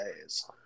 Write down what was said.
days